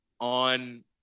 on